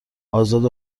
ازاد